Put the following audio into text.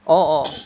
orh orh